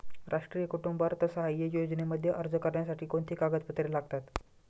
राष्ट्रीय कुटुंब अर्थसहाय्य योजनेमध्ये अर्ज करण्यासाठी कोणती कागदपत्रे लागतात?